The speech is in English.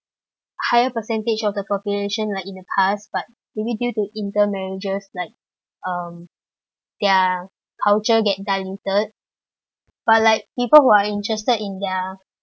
higher percentage of the population like in the past but maybe due to inter marriages like um their culture get diluted but like people who are interested in their